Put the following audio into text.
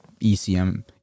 ECM